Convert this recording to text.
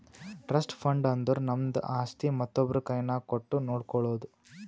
trust fund ಅಂದುರ್ ನಮ್ದು ಆಸ್ತಿ ಮತ್ತೊಬ್ರು ಕೈನಾಗ್ ಕೊಟ್ಟು ನೋಡ್ಕೊಳೋದು